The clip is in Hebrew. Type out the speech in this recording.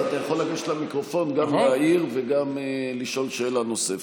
אז אתה יכול לגשת למיקרופון גם להעיר וגם לשאול שאלה נוספת.